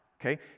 okay